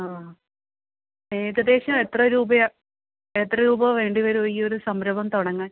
ആ ഏകദേശം എത്ര രൂപയാൻ രൂപയാണ് എത്ര രൂപ വേണ്ടി വരും ഈ ഒരു സംരഭം തുടങ്ങാൻ